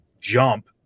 jump